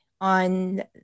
on